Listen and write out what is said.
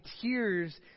tears